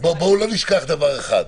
בואו לא נשכח דבר אחד,